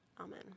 Amen